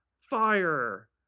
Fire